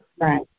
right